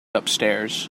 upstairs